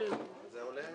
בפנייה הבאה יש העברה.